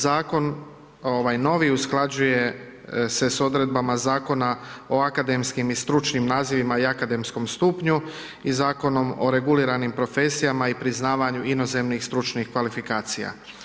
Zakon ovaj novi usklađuje se sa Odredbama Zakona o akademskim i stručnim nazivima i akademskom stupnju i Zakonom o reguliranim profesijama i priznavanju inozemnih stručnih kvalifikacija.